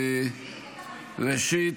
ראשית,